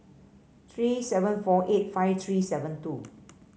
three seven four eight five three seven two